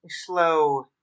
slow